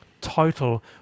total